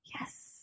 Yes